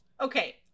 Okay